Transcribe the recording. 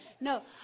No